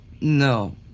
no